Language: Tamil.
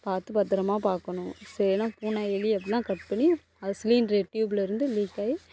பார்த்து பத்தரமாக பார்க்கணும் செ எதனா பூனை எலி அப்படிலாம் கட் பண்ணி அது சிலிண்ட்ரு ட்யூப்பில் இருந்து லீக் ஆயி